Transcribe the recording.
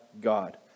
God